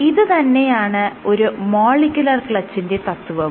ഇത് തന്നെയാണ് ഒരു മോളിക്യുലർ ക്ലച്ചിന്റെ തത്വവും